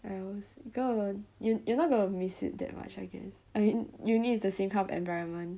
I was gonna you you're not gonna miss it that much I guess I mean uni is the same kind of environment